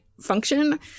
function